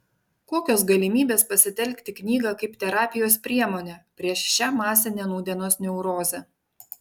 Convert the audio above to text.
kokios galimybės pasitelkti knygą kaip terapijos priemonę prieš šią masinę nūdienos neurozę